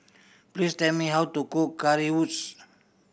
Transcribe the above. please tell me how to cook Currywurst